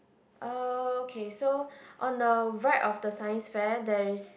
okay so on the right of the science fair there is